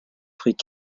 fruits